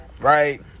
right